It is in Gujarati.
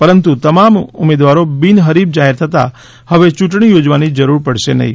પરંતુ તમામ ઉમેદવારો બિનહરીફ જાહેર થતાં હવે ચૂંટણી યોજવાની જરૂર પડશે નહીં